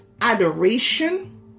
adoration